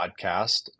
podcast